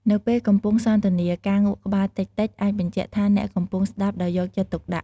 នៅពេលកំពុងសន្ទនា ការងក់ក្បាលតិចៗ អាចបញ្ជាក់ថាអ្នកកំពុងស្តាប់ដោយយកចិត្តទុកដាក់។